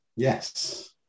Yes